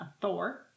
thor